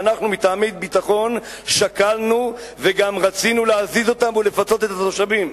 שאנחנו מטעמי ביטחון שקלנו וגם רצינו להזיז אותם ולפצות את התושבים,